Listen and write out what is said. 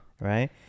right